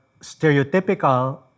stereotypical